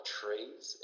trees